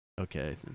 okay